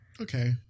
Okay